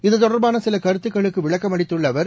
இதுதொடர்பான சில கருத்துகளுக்கு விளக்கம் அளித்துள்ள அவர்